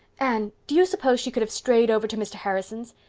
anne, do you suppose she could have strayed over to mr. harrison's?